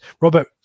robert